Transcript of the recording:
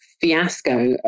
fiasco